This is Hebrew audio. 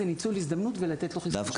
כדאי לנצל את ההזדמנות לתת לו חיסון נגד